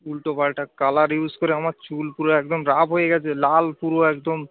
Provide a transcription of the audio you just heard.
উলটোপালটা colour use করে আমার চুল পুরো একদম রাফ হয়ে গিয়েছে লাল পুরো একদম